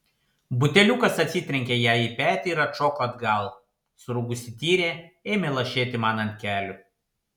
buteliukas atsitrenkė jai į petį ir atšoko atgal surūgusi tyrė ėmė lašėti man ant kelių